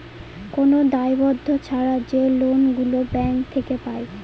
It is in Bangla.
কোন দায়বদ্ধ ছাড়া যে লোন গুলো ব্যাঙ্ক থেকে পায়